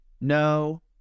no